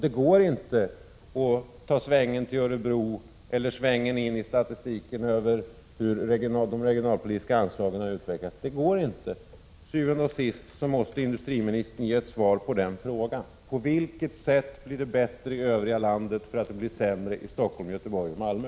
Det går inte att ta svängen till Örebro eller svängen in i statistiken över hur de regionalpolitiska anslagen har utvecklats. Til syvende og sidst måste industriministern ge ett svar på frågan: På vilket sätt blir det bättre i övriga landet för att det blir sämre i Stockholm, Göteborg och Malmö?